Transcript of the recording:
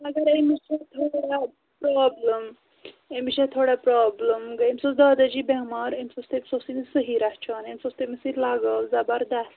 مگر أمِس چھا تھوڑا پرٛابلِم أمِس چھےٚ تھوڑا پرابلم گٔے أمِس اوس داداجی بٮ۪مار أمِس اوس تٔمۍ سۄ اوس صحیح رَچھان أمِس اوس تٔمِس سۭتۍ لَگاو زَبردَس